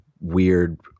weird